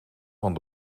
van